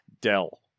Dell